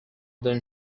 them